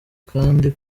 kandi